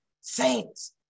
Saints